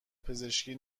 پزشکی